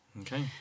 Okay